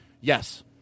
Yes